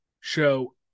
show